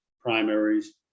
primaries